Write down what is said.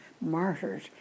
martyrs